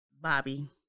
Bobby